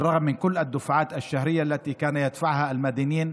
למרות כל התשלומים החודשיים שהחייבים היו משלמים,